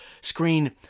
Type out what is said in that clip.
screen